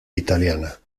italiana